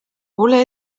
ole